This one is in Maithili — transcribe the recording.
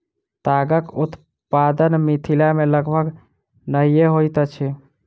तागक उत्पादन मिथिला मे लगभग नहिये होइत अछि